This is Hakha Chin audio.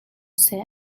seh